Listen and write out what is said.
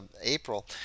April